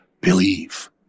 believe